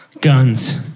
Guns